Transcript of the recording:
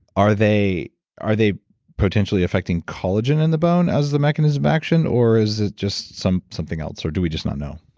are they are they potentially affecting collagen in the bone as the mechanism of action, or is it just something else, or do we just not know?